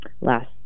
last